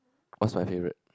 what is my favourite